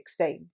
16